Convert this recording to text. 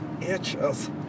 itches